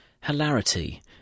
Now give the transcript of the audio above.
hilarity